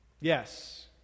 Yes